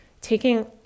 taking